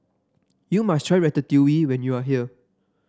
you must try Ratatouille when you are here